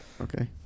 Okay